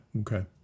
Okay